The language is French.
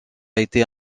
été